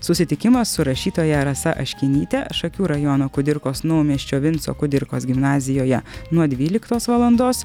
susitikimą su rašytoja rasa aškinyte šakių rajono kudirkos naumiesčio vinco kudirkos gimnazijoje nuo dvyliktos valandos